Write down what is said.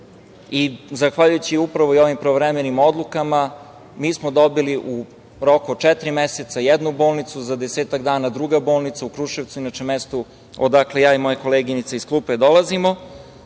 Zahvaljujući ovim pravovremenim odlukama, mi smo dobili u roku od četiri meseca jednu bolnicu, za desetak dana druga bolnica u Kruševcu, a to je mesto odakle ja i moja koleginica iz klupe dolazimo.